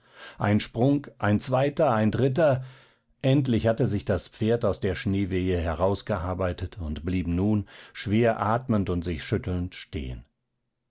ein sprung ein zweiter ein dritter endlich hatte sich das pferd aus der schneewehe herausgearbeitet und blieb nun schwer atmend und sich schüttelnd stehen